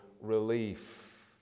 relief